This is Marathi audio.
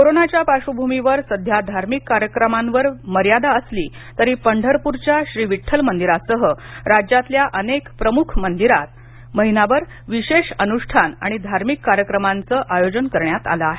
कोरोनाच्या पार्श्वभूमीवर सध्या धार्मिक कार्यक्रमांवर मर्यादा असली तरी पंढरपूरच्या विठ्ठल मंदिरासह राज्यातल्या अनेक प्रमुख मंदिरात विशेष अनुष्ठान आणि धार्मिक कार्यक्रमाचं आयोजन करण्यात आलं आहे